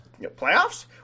Playoffs